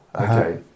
Okay